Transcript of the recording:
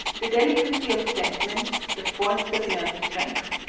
the delicacy of sentiment, the force of inert strength,